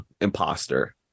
imposter